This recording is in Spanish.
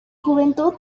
juventud